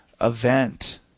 event